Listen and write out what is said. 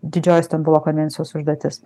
didžioji stambulo konvencijos užduotis